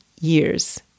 years